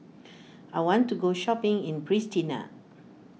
I want to go shopping in Pristina